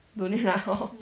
don't need lah hor